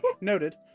Noted